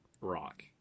rock